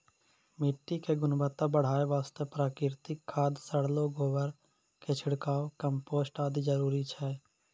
मिट्टी के गुणवत्ता बढ़ाय वास्तॅ प्राकृतिक खाद, सड़लो गोबर के छिड़काव, कंपोस्ट आदि जरूरी छै